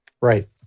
Right